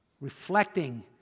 Reflecting